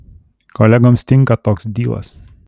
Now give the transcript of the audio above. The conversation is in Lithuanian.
kolegoms tinka toks dylas